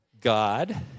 God